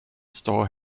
store